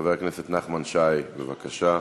חבר הכנסת נחמן שי, בבקשה.